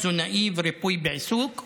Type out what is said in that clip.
תזונאי וריפוי בעיסוק.